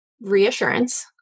reassurance